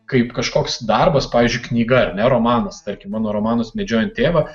kaip kažkoks darbas pavyzdžiui knyga ar ne romanas tarkim mano romanas medžiojant tėvą